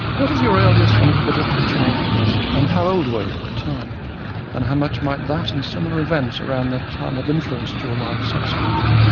what is your earliest unequivocal childhood memory and how old were you at the time and how much might that and similar events around that time have influenced your life subsequently?